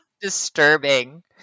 disturbing